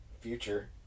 Future